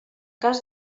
cas